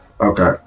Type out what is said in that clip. Okay